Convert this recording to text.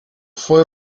fue